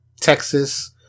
Texas